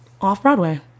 Off-Broadway